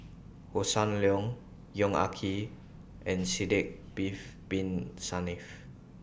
Hossan Leong Yong Ah Kee and Sidek Bin Saniff